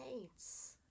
dates